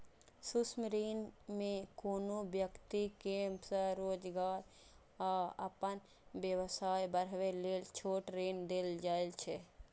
सूक्ष्म ऋण मे कोनो व्यक्ति कें स्वरोजगार या अपन व्यवसाय बढ़ाबै लेल छोट ऋण देल जाइ छै